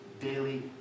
daily